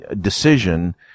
decision